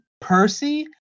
Percy